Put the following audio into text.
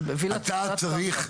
אתה צריך,